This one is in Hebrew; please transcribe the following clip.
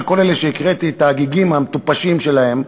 אלה שהקראתי את ההגיגים המטופשים שלהם,